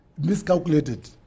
miscalculated